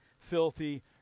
filthy